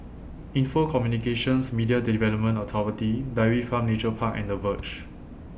Info Communications Media Development Authority Dairy Farm Nature Park and The Verge